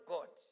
God